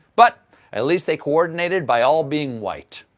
but at least they coordinated by all being white.